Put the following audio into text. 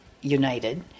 united